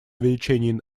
увеличение